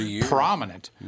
prominent